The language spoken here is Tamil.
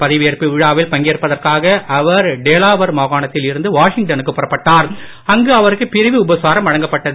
பதவியேற்பு விழாவில் பங்கேற்பதற்காக அவர் டேலாவர் மாகாணத்தில் இருந்து வாஷிங்டன்னுக்கு புறப்பட்டார் அங்கு அவருக்கு பிரிவு உபசாரம் வழங்கப்பட்டது